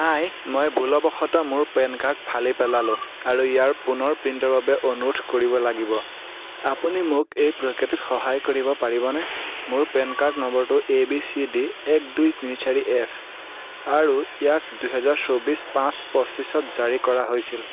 হাই মই ভুলবশতঃ মোৰ পেন কাৰ্ড ফালি পেলালোঁ আৰু ইয়াৰ পুনৰ প্ৰিণ্টৰ বাবে অনুৰোধ কৰিব লাগিব আপুনি মোক এই প্ৰক্ৰিয়াটোত সহায় কৰিব পাৰিবনে মোৰ পেন কাৰ্ড নম্বৰটো এ বি চি ডি এক দুই তিনি চাৰি এফ আৰু ইয়াক দুহেজাৰ চৌবিছ পাঁচ পঁচিছত জাৰী কৰা হৈছিল